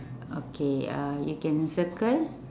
okay uh you can circle